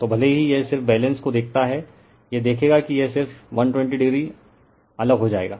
तो भले ही यह सिर्फ बैलेंस को देखता है यह देखेगा कि यह सिर्फ 120o अलग हो जाएगा